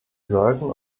sollten